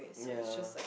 ya